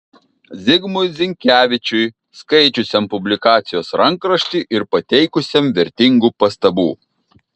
zigmui zinkevičiui skaičiusiam publikacijos rankraštį ir pateikusiam vertingų pastabų